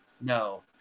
No